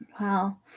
Wow